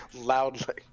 loudly